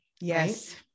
Yes